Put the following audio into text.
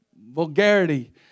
vulgarity